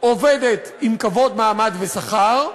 עובדת עם כבוד, מעמד ושכר,